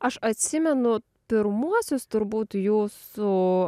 aš atsimenu pirmuosius turbūt jūsų